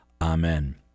Amen